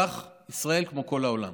כך בישראל כמו בכל העולם.